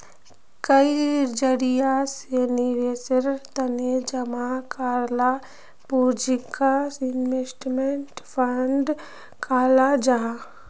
कई जरिया से निवेशेर तने जमा कराल पूंजीक इन्वेस्टमेंट फण्ड कहाल जाहां